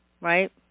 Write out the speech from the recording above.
right